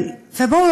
ובואו,